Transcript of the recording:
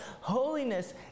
holiness